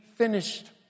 finished